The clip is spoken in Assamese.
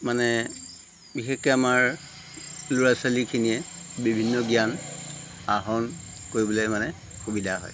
মানে বিশেষকৈ আমাৰ ল'ৰা ছোৱালীখিনিয়ে বিভিন্ন জ্ঞান আহৰণ কৰিবলৈ মানে সুবিধা হয়